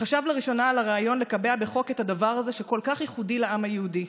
חשב לראשונה על הרעיון לקבע בחוק את הדבר הזה שכל כך ייחודי לעם היהודי.